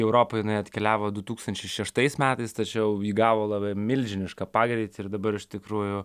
europoje jinai atkeliavo du tūkstančiai šeštais metais tačiau įgavo labai milžinišką pagreitį ir dabar iš tikrųjų